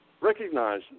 recognize